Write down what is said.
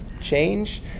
change